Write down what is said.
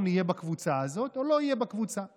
יהיה בקבוצה הזאת או לא יהיה בקבוצה,